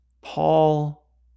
Paul